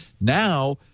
Now